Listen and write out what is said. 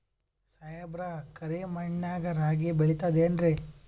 ಸಾಹೇಬ್ರ, ಕರಿ ಮಣ್ ನಾಗ ರಾಗಿ ಬೆಳಿತದೇನ್ರಿ?